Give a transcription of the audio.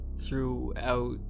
Throughout